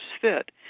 fit